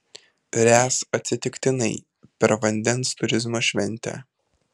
ręs atsitiktinai per vandens turizmo šventę